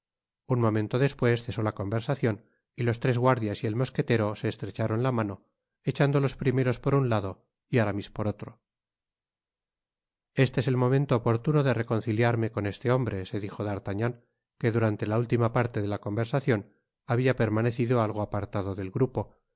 un momento despues cesó la conversacion y los tres guardias y el mosquetero se estrecharon la mano echando los primeros por un lado y aramis por otro estees el momento oportuno de reconciliarme con este hombre se dijo d'artagnan que durante la última parte de la conversacion habia permanecido algo apartado del grupo